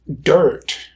dirt